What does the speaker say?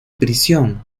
prisión